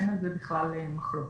אין בכלל מחלוקת.